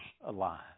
alive